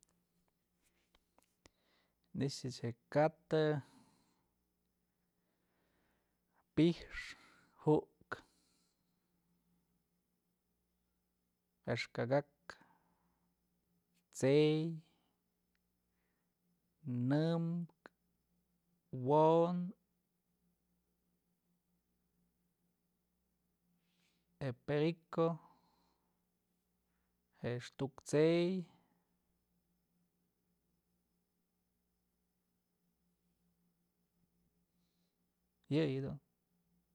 Ni'ixëch je'e katë, pi'ixë, ju'ukë, ax kakak, t'sey, nëmkë, wonë, je'e perico, je'e axtuk t'sey, yëyë dun.